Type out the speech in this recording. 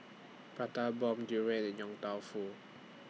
Prata Bomb Durian and Yong Tau Foo